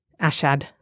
Ashad